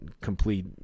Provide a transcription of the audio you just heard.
complete